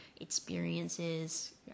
experiences